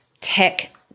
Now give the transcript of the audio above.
tech